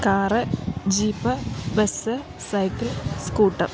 car jeep bus cycle scooter